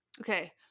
Okay